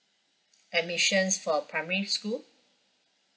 admissions for primary school